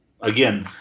again